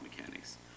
mechanics